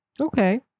Okay